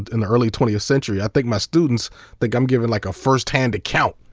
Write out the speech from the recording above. in the early twentieth century, i think my students think i'm giving like a first-hand account.